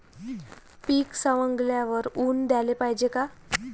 पीक सवंगल्यावर ऊन द्याले पायजे का?